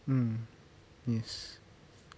mm yes